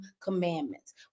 commandments